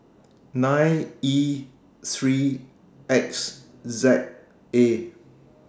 nine E three X Z A